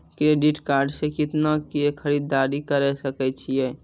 Credit card से कितना के खरीददारी करे सकय छियै?